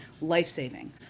life-saving